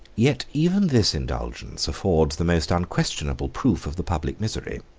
yet even this indulgence affords the most unquestionable proof of the public misery.